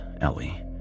Ellie